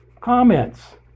comments